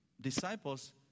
disciples